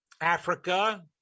africa